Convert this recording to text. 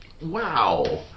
Wow